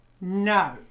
No